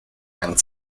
and